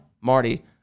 Marty